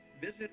visit